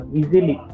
easily